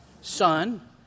Son